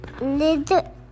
Little